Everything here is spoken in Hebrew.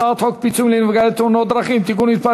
הצעת חוק פיצויים לנפגעי תאונות דרכים (תיקון מס'